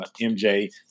MJ